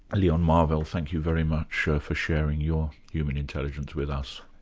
leon marvell, thank you very much for sharing your human intelligence with us.